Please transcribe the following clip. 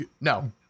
No